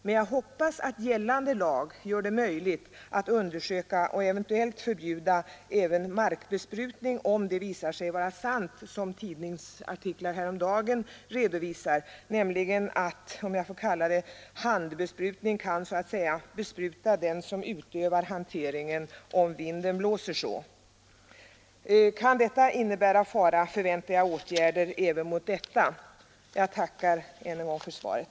Men jag hoppas att gällande lag gör det möjligt att undersöka och eventuellt förbjuda även markbesprutning, om det visar sig vara sant som tidningsartiklar häromdagen redovisade, nämligen att handbesprutning kan så att säga bespruta den som utövar hanteringen om vinden blåser så. Kan detta medföra fara, förväntar jag åtgärder även häremot. Herr talman! Jag tackar än en gång för svaret.